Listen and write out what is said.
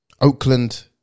Oakland